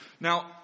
Now